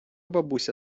бабуся